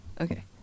Okay